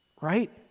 right